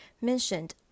mentioned